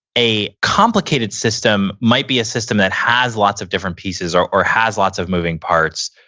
a complicated system might be a system that has lots of different pieces or or has lots of moving parts,